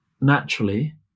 naturally